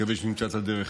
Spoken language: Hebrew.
מקווה שנמצא את הדרך.